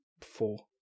four